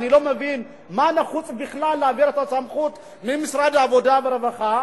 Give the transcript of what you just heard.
אני לא מבין למה נחוץ בכלל להעביר את הסמכות ממשרד העבודה והרווחה,